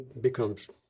becomes